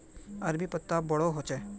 अरबी पत्ता बोडो होचे